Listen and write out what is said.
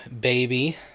baby